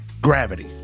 Gravity